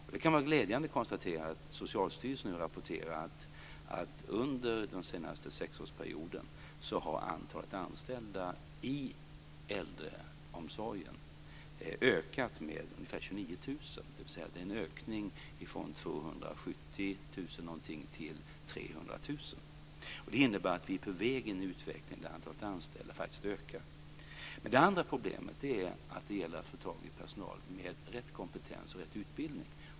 Nu kan man glädjande konstatera att Socialstyrelsen rapporterar att under den senaste sexårsperioden har antalet anställda i äldreomsorgen ökat med ca 29 000, dvs. det är en ökning från 270 000 till 300 000. Det innebär att vi är på väg mot en utveckling där antalet anställda faktiskt ökar. Det andra problemet är att det gäller att få tag i personal med rätt kompetens och rätt utbildning.